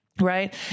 Right